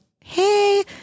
hey